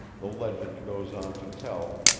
the legend goes on to tell,